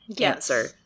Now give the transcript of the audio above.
answer